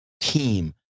team